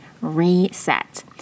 reset